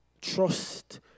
trust